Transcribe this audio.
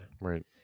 Right